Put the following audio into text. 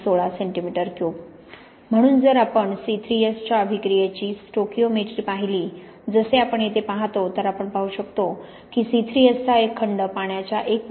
16 cm3 म्हणून जर आपण C3S च्या अभिक्रियेची स्टोकिओमेट्री पाहिली जसे आपण येथे पाहतो तर आपण पाहू शकतो की C3S चा एक खंड पाण्याच्या 1